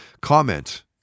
Comment